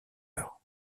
heure